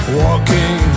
walking